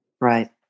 Right